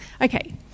Okay